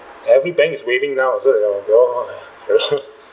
every bank is waiving now so that y'all y'all you know